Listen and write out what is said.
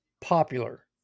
popular